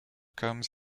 comes